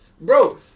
Bro